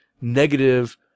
negative